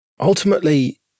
ultimately